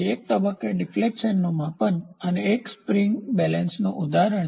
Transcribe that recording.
જે તબક્કે ડિફ્લેક્શનનું માપન એક સ્પ્રીંગ બેલેન્સનું ઉદાહરણ છે